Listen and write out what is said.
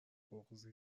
بغضی